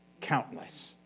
Countless